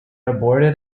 aborted